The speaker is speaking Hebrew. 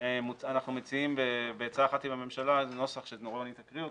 אנחנו מציעים בעצה אחת עם הממשלה נוסח שרוני תקרא אותו,